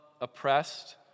oppressed